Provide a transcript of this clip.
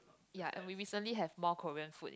ya and we recently have more Korean food in